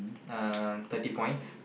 um thirty points